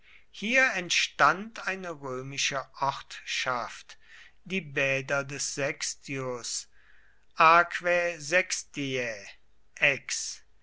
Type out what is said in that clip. hier entstand eine römische ortschaft die bäder des